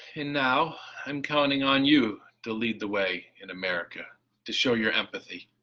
and now i'm counting on you to lead the way in america to show your empathy.